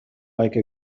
like